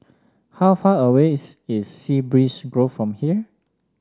how far away is is Sea Breeze Grove from here